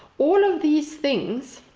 all of these things